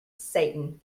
satan